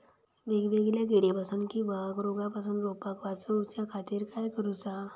वेगवेगल्या किडीपासून किवा रोगापासून रोपाक वाचउच्या खातीर काय करूचा?